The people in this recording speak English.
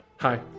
Hi